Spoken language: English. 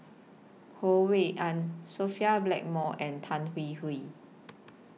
Ho Rui An Sophia Blackmore and Tan Hwee Hwee